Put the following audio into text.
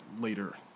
later